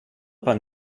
pan